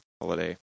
holiday